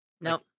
Nope